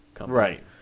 Right